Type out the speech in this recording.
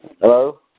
Hello